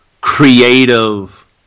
creative